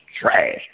trash